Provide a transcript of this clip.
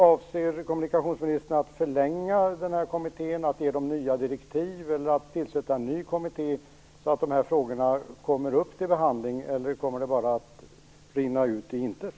Avser kommunikationsministern att förlänga kommittén, att ge den nya direktiv eller att tillsätta en ny kommitté så att de här frågorna kommer upp till behandling, eller kommer det här bara att rinna ut i intet?